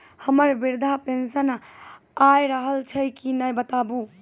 हमर वृद्धा पेंशन आय रहल छै कि नैय बताबू?